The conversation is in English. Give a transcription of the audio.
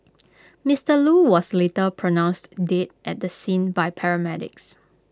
Mister Loo was later pronounced dead at the scene by paramedics